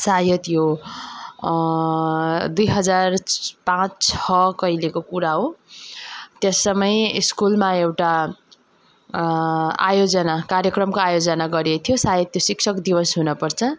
सायद यो दुई हजार पाँच छ कहिलेको कुरा हो त्यस समय स्कुलमा एउटा आयोजना कार्यक्रमको आयोजना गरिएको थियो सायद त्यो शिक्षक दिवस हुन पर्छ